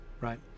right